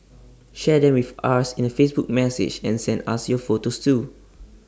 share them with us in A Facebook message and send us your photos too